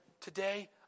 Today